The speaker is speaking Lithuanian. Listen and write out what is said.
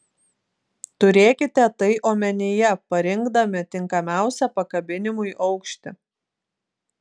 turėkite tai omenyje parinkdami tinkamiausią pakabinimui aukštį